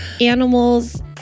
Animals